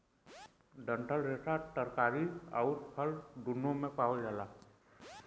डंठल रेसा तरकारी आउर फल दून्नो में पावल जाला